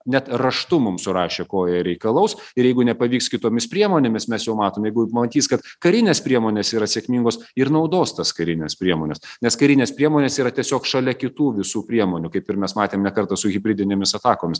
net raštu mum surašė ko jie reikalaus ir jeigu nepavyks kitomis priemonėmis mes jau matom jeigu pamatys kad karinės priemonės yra sėkmingos ir naudos tas karines priemones nes karinės priemonės yra tiesiog šalia kitų visų priemonių kaip ir mes matėm ne kartą su hibridinėmis atakomis